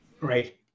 Right